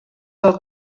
del